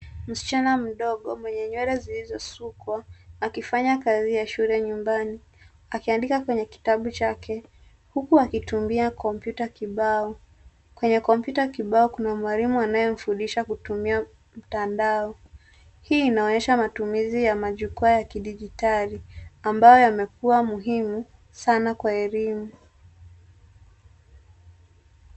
Msichana mdogo mwenye nywele zilizosukwa akifanya kazi ya shule nyumbani, akiandika kwenye kitabu chake, huku akitumia kompyuta kibao. Kwenye kompyuta kibao, kuna mwalimu anayemfundisha kutumia mtandao. Hii inaonyesha matumizi ya majukwaa ya kidigitali, ambayo yamekuwa muhimu sana kwa elimu.